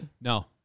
No